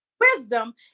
wisdom